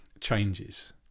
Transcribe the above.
changes